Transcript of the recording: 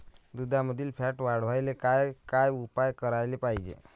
दुधामंदील फॅट वाढवायले काय काय उपाय करायले पाहिजे?